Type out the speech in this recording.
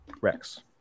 Rex